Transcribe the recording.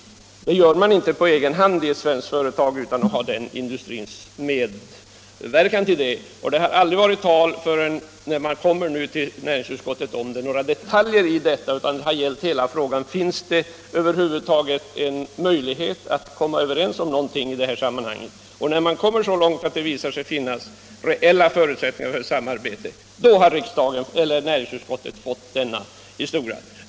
Det gör man inte på egen hand i ett svenskt företag utan att ha den industrins medverkan. Och det har aldrig, förrän man nu kommer till näringsutskottet, varit tal om några detaljer, utan frågan har gällt: Finns det över huvud taget en möjlighet att komma överens om någonting i detta sammanhang? När man kommit så långt att det visar sig att reella förutsättningar för ett samarbete finns, då har näringsutskottet fått en redogörelse.